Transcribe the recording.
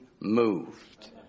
moved